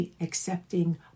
accepting